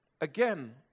Again